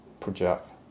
project